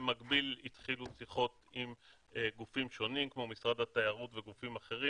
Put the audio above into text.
במקביל התחילו שיחות עם גופים שונים כמו משרד התיירות וגופים אחרים,